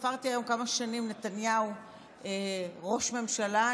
ספרתי היום כמה שנים נתניהו ראש ממשלה,